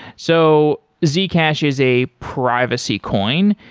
so zcash is a privacy coin.